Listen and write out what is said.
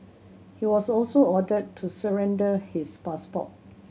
he was also ordered to surrender his passport